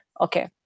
okay